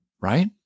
right